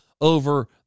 over